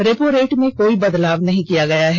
repo rate में कोई बदलाव नहीं किया गया है